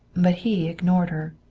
but he ignored her.